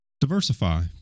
diversify